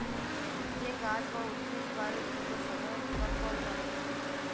যে গাহাচ বা উদ্ভিদ বারের দুট সময়ে দুবার ফল ধ্যরে